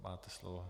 Máte slovo.